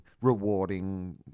rewarding